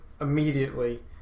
immediately